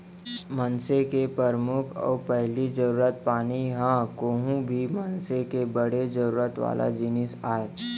मनसे के परमुख अउ पहिली जरूरत पानी ह कोहूं भी मनसे के बड़े जरूरत वाला जिनिस आय